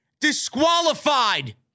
disqualified